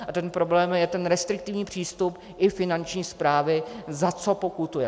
A ten problém je ten restriktivní přístup i Finanční správy, za co pokutuje.